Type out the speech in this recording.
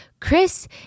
Chris